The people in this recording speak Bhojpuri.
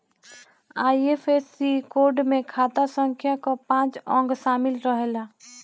आई.एफ.एस.सी कोड में खाता संख्या कअ पांच अंक शामिल रहेला